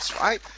right